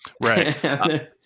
Right